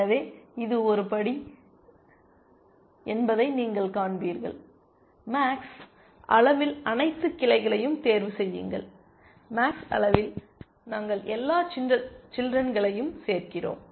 எனவே இது ஒரு படி என்பதை நீங்கள் காண்பீர்கள் மேக்ஸ் அளவில் அனைத்து கிளைகளையும் தேர்வு செய்யுங்கள் மேக்ஸ் அளவில் நாங்கள் எல்லா சில்றென்களையும் சேர்க்கிறோம்